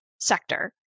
sector